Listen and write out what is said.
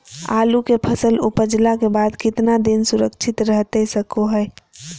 आलू के फसल उपजला के बाद कितना दिन सुरक्षित रहतई सको हय?